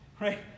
right